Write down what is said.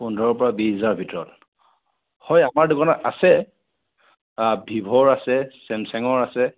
পোন্ধৰৰ পৰা বিশ হেজাৰ ভিতৰত হয় আমাৰ দোকানত আছে আ ভিভ'ৰ আছে চেমচাঙৰ আছে